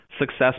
success